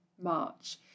March